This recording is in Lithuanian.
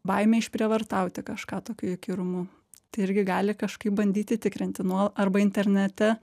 baime išprievartauti kažką tokiu įkyrumu tai irgi gali kažkaip bandyti tikrinti nuol arba internete